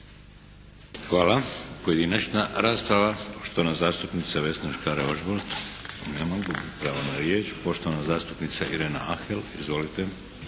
Hvala. Pojedinačna rasprava. Poštovana zastupnica Vesna Škare Ožbolt. Nema je. Gubi pravo na riječ. Poštovana zastupnica Irena Ahel. Izvolite!